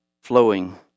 Flowing